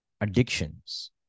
addictions